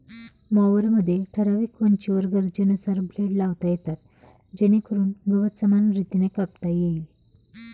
मॉवरमध्ये ठराविक उंचीवर गरजेनुसार ब्लेड लावता येतात जेणेकरून गवत समान रीतीने कापता येईल